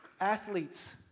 Athletes